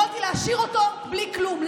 יכולתי להשאיר אותו בלי כלום.